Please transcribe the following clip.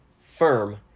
firm